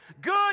Good